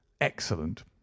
excellent